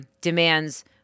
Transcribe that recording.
demands